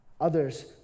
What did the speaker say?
Others